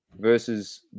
versus